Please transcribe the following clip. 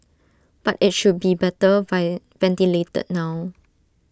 but IT should be better ventilated now